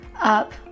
up